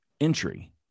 entry